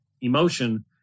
emotion